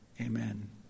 Amen